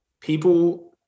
people